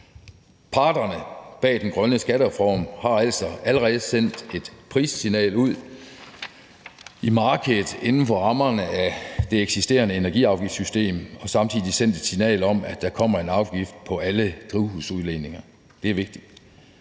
Parterne bag den grønne skattereform har altså allerede sendt et prissignal ud i markedet inden for rammerne af det eksisterende energiafgiftssystem og samtidig sendt et signal om, at der kommer en afgift på alle drivhusgasudledninger. Det er vigtigt.